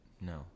No